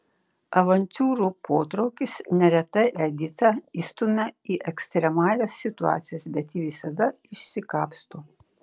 avantiūrų potraukis neretai editą įstumia į ekstremalias situacijas bet ji visada išsikapsto